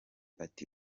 ati